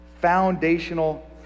foundational